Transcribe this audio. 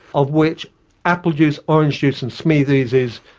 of which apple juice, orange juice and smoothies is,